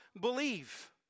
believe